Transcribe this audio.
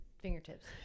fingertips